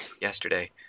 yesterday